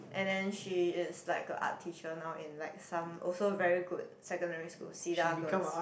and then she is like a art teacher now in like some also very good secondary school Cedar-Girls